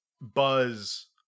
Buzz